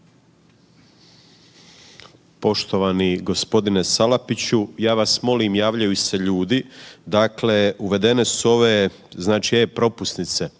Poštovani gospodine Salapiću, ja vas molim javljaju se ljudi, dakle uvedene su ove e-propusnice